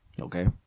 Okay